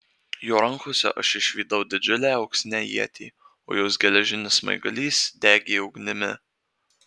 jo rankose aš išvydau didžiulę auksinę ietį o jos geležinis smaigalys degė ugnimi